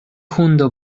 hundo